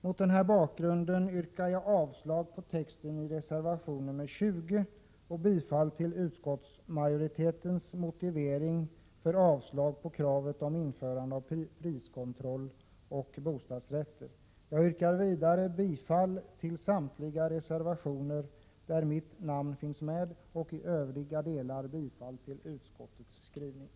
Mot den här bakgrunden yrkar jag avslag på texten i reservation 20 och bifall till utskottsmajoritetens motivering för avslag på kravet om införande av priskontroll på bostadsrätter. Jag yrkar vidare bifall till samtliga reservationer där mitt namn finns med och i övriga delar bifall till utskottets skrivning.